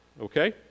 Okay